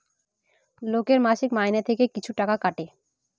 লোকের মাসিক মাইনে থেকে কিছু টাকা কাটে